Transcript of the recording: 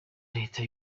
leta